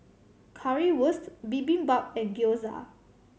Currywurst Bibimbap and Gyoza